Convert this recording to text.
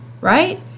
right